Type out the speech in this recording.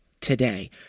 Today